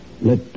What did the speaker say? Let